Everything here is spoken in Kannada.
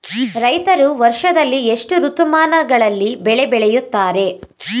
ರೈತರು ವರ್ಷದಲ್ಲಿ ಎಷ್ಟು ಋತುಮಾನಗಳಲ್ಲಿ ಬೆಳೆ ಬೆಳೆಯುತ್ತಾರೆ?